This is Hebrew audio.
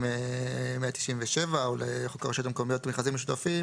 197 או למה שאתם קוראים "מכרזים משותפים",